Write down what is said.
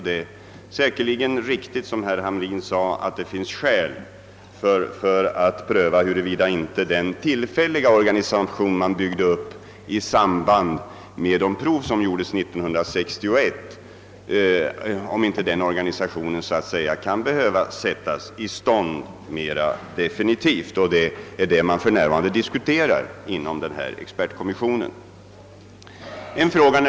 Det är säkerligen riktigt som herr Hamrin i Kalmar säger att det finns skäl att pröva huruvida inte den tillfälliga organisation man byggde upp i samband med de prov som gjordes år 1961 skulle behöva sättas i stånd mer definitivt. Detta diskuteras för närvarande inom expertkommissionen.